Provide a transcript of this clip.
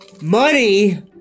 Money